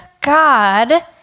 God